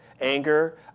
Anger